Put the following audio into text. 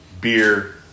beer